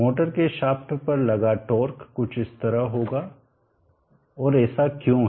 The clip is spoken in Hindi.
मोटर के शाफ्ट पर लगा टार्क कुछ इस तरह होगा और ऐसा क्यों है